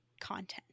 content